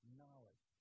knowledge